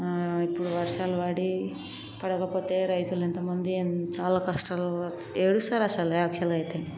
ఇప్పుడు వర్షాలు పడి పడకపోతే రైతులు ఎంత మంది చాలా కష్టాలు ఏడుస్తారు అసల యాక్చుల్గా అయితే